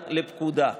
לפקודה,